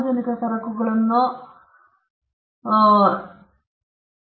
ಸಾರ್ವಜನಿಕ ಸರಕುಗಳು ವ್ಯಾಖ್ಯಾನದಂತೆ ಹೊರಗಿಡುವ ಮತ್ತು ವಿರೋಧಾತ್ಮಕವಲ್ಲ